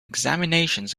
examinations